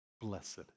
blessed